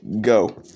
go